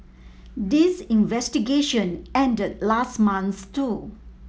this investigation ended last month too